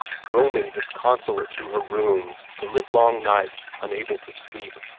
roaming disconsolate through her rooms the livelong night, unable to sleep.